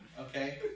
Okay